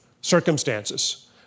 circumstances